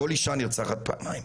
כל אישה נרצחת פעמיים.